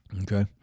Okay